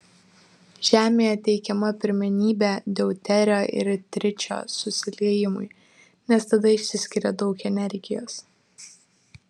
žemėje teikiama pirmenybė deuterio ir tričio susiliejimui nes tada išsiskiria daug energijos